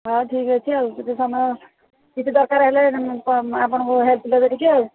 ହଁ ଠିକ୍ ଅଛି ଆଉ ଯଦି ସମୟ କିଛି ଦରକାର ହେଲେ ଆପଣଙ୍କ ହେଲ୍ପ ଦେବେ ଟିକେ ଆଉ